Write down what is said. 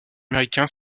américain